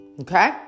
okay